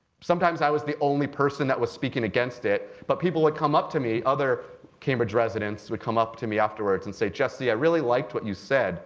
sometimes i was the only person that was speaking against it, but people would come up to me other cambridge residents would come up to me afterwards and say, jesse, i really liked what you said